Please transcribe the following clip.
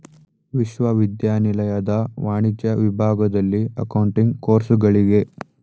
ವಿಶ್ವವಿದ್ಯಾನಿಲಯದ ವಾಣಿಜ್ಯ ವಿಭಾಗದಲ್ಲಿ ಅಕೌಂಟಿಂಗ್ ಕೋರ್ಸುಗಳಿಗೆ